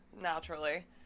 naturally